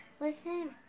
Listen